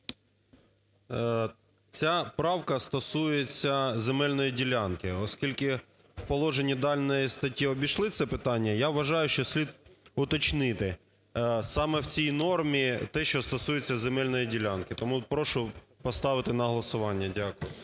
Ця правка стосується земельної ділянки, оскільки в положенні даної статті обійшли це питання. Я вважаю, що слід уточнити саме в цій нормі те, що стосується земельної ділянки. Тому прошу поставити на голосування. Дякую.